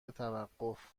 توقف